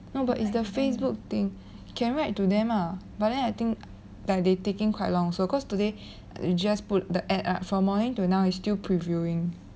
no but is the facebook thing can write to them ah but then I think they taking quite long so cause today we just pulled the ad ah for morning to now is still previewing